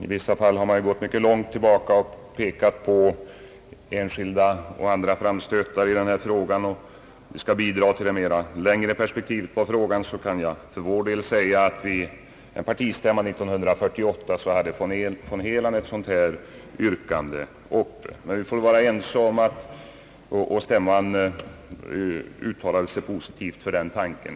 I vissa fall har man gått mycket långt tillbaka och pekat på enskilda och andra framstötar, och skall jag se på det längre perspektivet kan jag för vårt vidkommande nämna, att vid partistämman 1948 ställde von Heland ett sådant här yrkande, och stämman uttalade sig positivt om tanken.